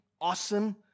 awesome